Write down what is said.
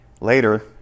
later